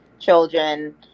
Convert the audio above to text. children